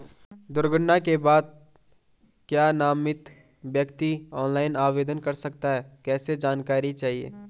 दुर्घटना के बाद क्या नामित व्यक्ति ऑनलाइन आवेदन कर सकता है कैसे जानकारी चाहिए?